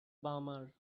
bummer